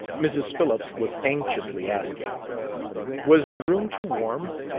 mrs. phillips was anxiously asking was the room too warm?